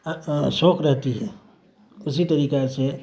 شوق رہتی ہے اسی طریقہ سے